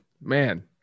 Man